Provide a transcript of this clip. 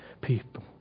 people